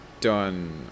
done